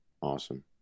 Awesome